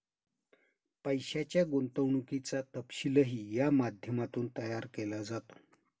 पैशाच्या गुंतवणुकीचा तपशीलही या माध्यमातून तयार केला जातो